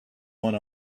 one